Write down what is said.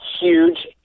huge